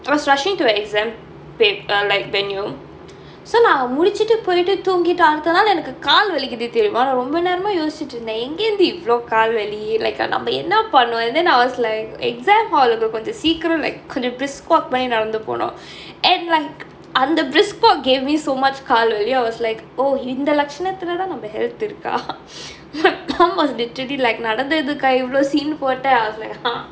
I was rushing to a exam pap~ like venue so நான் முடிச்சிட்டு போயிட்டு தூங்கிட்டு அடுத்த நாள் எனக்கு கால் வலிக்குது தெரியுமா நான் ரொம்போ நேரமா யோசிச்சிட்டுருந்தேன் எங்கேந்து இவ்வளோ காலு வலி:naan mudichchittu poyittu toongittu adutha naal enakku kaal valikuthu theriyumaa naan rombo neramaa yoschchitturunthaen engaenthu evvalo kaalu vali like நம்ப என்னா பண்ணோ:namba enna panno and then I was like exam hall க்கு கொஞ்சோ சிக்கர~:kku konjo sikira~ like கொஞ்சோ:konjo brisk walk பண்ணி நடந்து போனா:panni nadanthu ponaa and like அந்த:antha brisk walk gave me so much காலு வலி:kaalu vali I was like oh இந்த லட்ச்சுநத்துலதான் நம்ப:intha latchchnatthulathaan namba health இருக்கா:irukkaa my mum was literally like நடந்ததுக்கா இவ்வளோ:nadanthathukkaa ivvalo scene போட்டே:pottae I was like !huh!